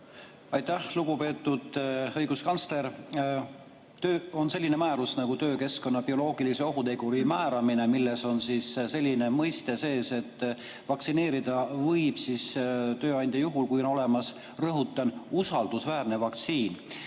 Aitäh! Lugupeetud õiguskantsler! On selline määrus nagu töökeskkonna bioloogilise ohuteguri määramine, milles on öeldud, et vaktsineerida võib tööandja juhul, kui on olemas – rõhutan! – usaldusväärne vaktsiin.